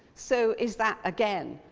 so is that, again,